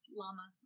llama